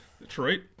Detroit